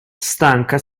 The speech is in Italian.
stanca